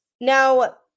Now